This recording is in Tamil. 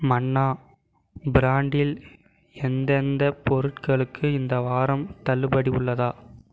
மன்னா பிராண்டில் எந்தெந்தப் பொருட்களுக்கு இந்த வாரம் தள்ளுபடி உள்ளது